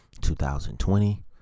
2020